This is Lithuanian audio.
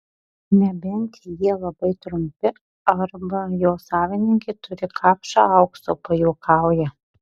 nebent jie labai trumpi arba jo savininkė turi kapšą aukso pajuokauja